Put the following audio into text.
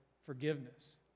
forgiveness